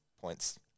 points